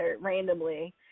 randomly